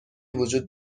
وجود